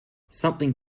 something